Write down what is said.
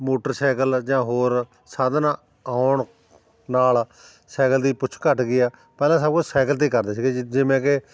motorcycle ਜਾਂ ਹੋਰ ਸਾਧਨ ਆਉਣ ਨਾਲ ਸਾਈਕਲ ਦੀ ਪੁੱਛ ਘੱਟ ਗਈ ਆ ਪਹਿਲਾਂ ਸਭ ਕੁਛ ਸਾਈਕਲ 'ਤੇ ਕਰਦੇ ਸੀਗੇ ਜਿ ਜਿਵੇਂ ਕਿ